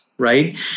Right